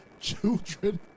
children